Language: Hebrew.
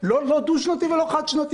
לא דו-שנתי ולא חד-שנתי,